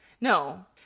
No